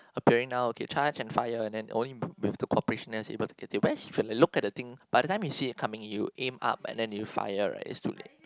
appearing now okay charge and fire and then only with the corporation is able to get it whereas when we look at the thing by the time we see it coming you aim up and then you fire right is too late